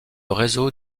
réseau